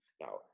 Now